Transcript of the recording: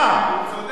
הוא צודק.